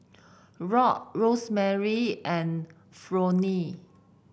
Rock Rosemarie and Fronnie